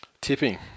tipping